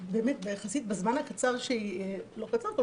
בזמן הקצר יחסית שהיא קיימת,